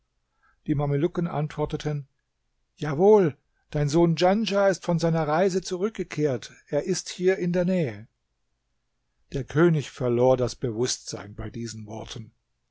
die mamelucken antworteten ja wohl dein sohn djanschah ist von seiner reise zurückgekehrt er ist hier in der nähe der könig verlor das bewußtsein bei diesen worten